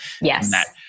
Yes